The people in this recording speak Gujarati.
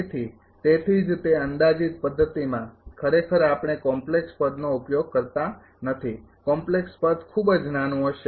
તેથી તેથી જ તે અંદાજિત પદ્ધતિમાં ખરેખર આપણે કોમપ્લેક્ષ પદનો ઉપયોગ કરતા નથી કોમપ્લેક્ષ પદ ખૂબ જ નાનું હશે